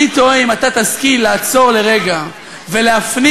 אני תוהה אם אתה תשכיל לעצור לרגע ולהפנים